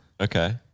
Okay